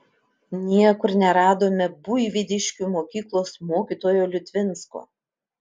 niekur neradome buivydiškių mokyklos mokytojo liutvinsko